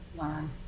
learn